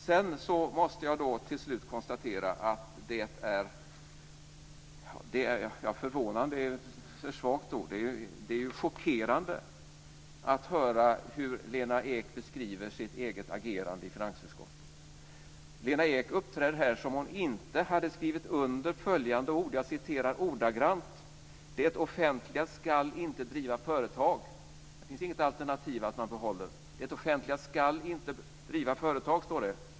Till slut måste jag säga att det är, ja, förvånande är ett för svagt ord, det är chockerande att höra hur Lena Ek beskriver sitt eget agerande i finansutskottet. Lena Ek uppträder här som om hon inte hade skrivit under följande ord: "Det offentliga skall inte driva företag." Det finns inget alternativ som säger att man behåller dem. "Det offentliga skall inte driva företag. ", står det.